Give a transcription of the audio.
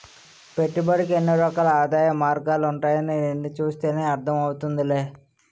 పెట్టుబడికి ఎన్నో రకాల ఆదాయ మార్గాలుంటాయని నిన్ను చూస్తేనే అర్థం అవుతోందిలే